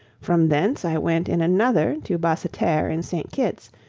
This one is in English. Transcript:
from thence i went in another to basseterre in st. kitts,